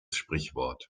sprichwort